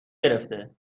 گرفته